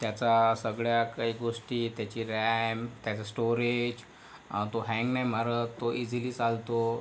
त्याचा सगळ्या काही गोष्टी त्याची रॅम त्याचं स्टोअरेज तो हॅंग नाही मारत तो इझीली चालतो